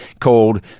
called